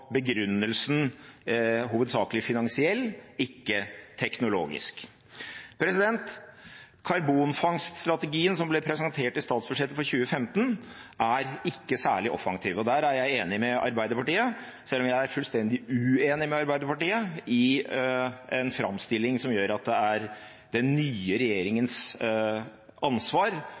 begrunnelsen hovedsakelig finansiell, ikke teknologisk. Karbonfangststrategien som ble presentert i statsbudsjettet for 2015, er ikke særlig offensiv. Der er jeg enig med Arbeiderpartiet, selv om jeg er fullstendig uenig med Arbeiderpartiet i en framstilling som gir den nye regjeringen ansvaret for at lufta har gått ut av karbonfangstsatsingen i Norge. Det ansvaret må den rød-grønne regjeringen